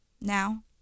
now